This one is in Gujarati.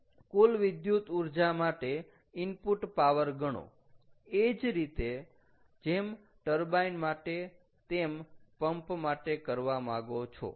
કુલ વિદ્યુત ઊર્જા માટે ઇનપુટ પાવર ગણો એજ રીતે જેમ ટર્બાઈન માટે તેમ પંપ માટે કરવા માંગો છો